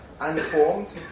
unformed